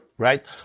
Right